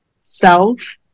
self